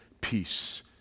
peace